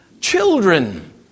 children